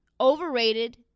overrated